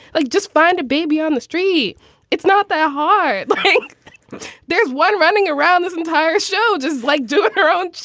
like just find a baby on the street it's not that hard. like there's one running around. this entire show, just like doing her own show.